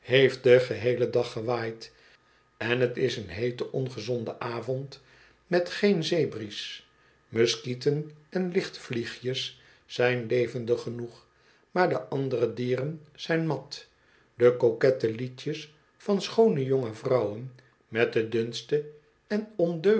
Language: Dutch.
heeft den gebeelen dag gewaaid en t is een heete ongezonde avond met geen zeebries muskieten en lichtvliegjes zijn levendig genoeg maar de andere dieren zijn mat de coquette liedjes van schoone jonge vrouwen met de dunste en